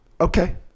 okay